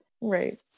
Right